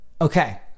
okay